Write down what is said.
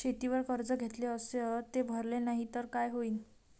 शेतीवर कर्ज घेतले अस ते भरले नाही तर काय होईन?